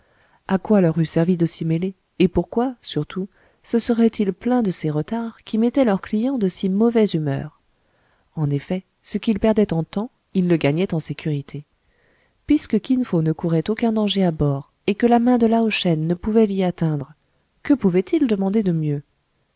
a quoi leur eût servi de s'y mêler et pourquoi surtout se seraient-ils plaints de ces retards qui mettaient leur client de si mauvaise humeur en effet ce qu'ils perdaient en temps ils le gagnaient en sécurité puisque kin fo ne courait aucun danger à bord et que la main de lao shen ne pouvait l'y atteindre que pouvaient-ils demander de mieux